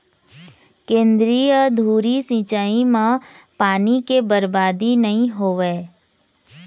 केंद्रीय धुरी सिंचई म पानी के बरबादी नइ होवय